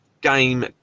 game